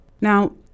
now